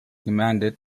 commanded